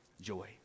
joy